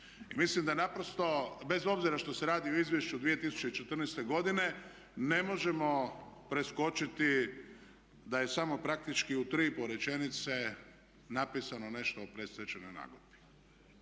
mislim da naprosto bez obzira što se radi o izvješću od 2014.godine ne možemo preskočiti da je samo praktički u 3,5 rečenice napisano nešto o predstečajnoj nagodbi.